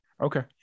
Okay